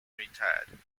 retired